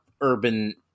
urban